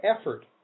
effort